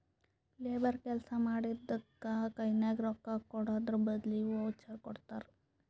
labour ಕೆಲ್ಸಾ ಮಾಡಿದ್ದುಕ್ ಕೈನಾಗ ರೊಕ್ಕಾಕೊಡದ್ರ್ ಬದ್ಲಿ ವೋಚರ್ ಕೊಡ್ತಾರ್